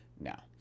now